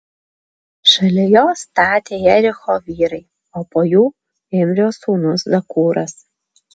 šalia jo statė jericho vyrai o po jų imrio sūnus zakūras